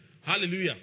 Hallelujah